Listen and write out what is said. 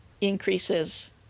increases